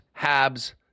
Habs